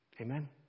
Amen